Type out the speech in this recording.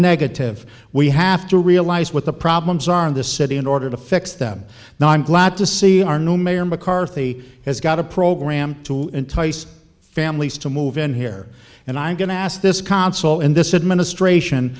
negative we have to realize what the problems are in this city in order to fix them now i'm glad to see our new mayor mccarthy has got a program to entice families to move in here and i'm going to ask this consul in this administration